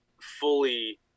fully –